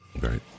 Right